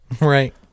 Right